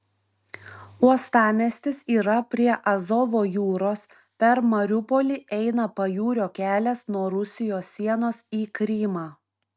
uostamiestis yra prie azovo jūros per mariupolį eina pajūrio kelias nuo rusijos sienos į krymą